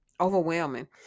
overwhelming